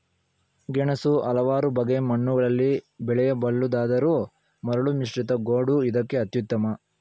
ಗೆಣಸು ಹಲವಾರು ಬಗೆ ಮಣ್ಣುಗಳಲ್ಲಿ ಬೆಳೆಯಬಲ್ಲುದಾದರೂ ಮರಳುಮಿಶ್ರಿತ ಗೋಡು ಇದಕ್ಕೆ ಅತ್ಯುತ್ತಮ